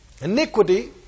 Iniquity